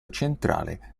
centrale